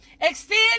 extend